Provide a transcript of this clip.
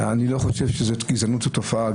אני לא חושב שגזענות זו תופעה,